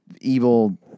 evil